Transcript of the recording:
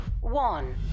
one